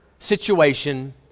situation